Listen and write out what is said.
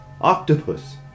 octopus